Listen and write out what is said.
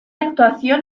actuación